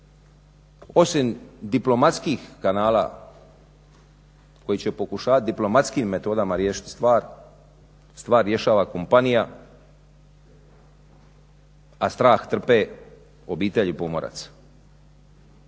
osim diplomatskih kanala koji će pokušati diplomatskim metodama riješiti stvar, stvar rješava kompanija, a strah trpe obitelji pomoraca.